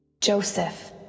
Joseph